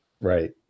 Right